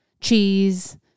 cheese